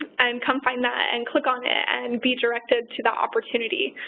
and come find that and click on it and be directed to that opportunity.